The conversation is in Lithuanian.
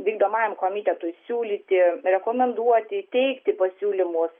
vykdomajam komitetui siūlyti rekomenduoti teikti pasiūlymus